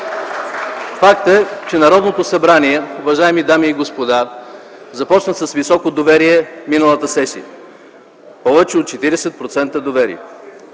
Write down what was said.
Факт е, че Народното събрание, уважаеми дами и господа, започна с високо доверие миналата сесия – повече от 40% доверие.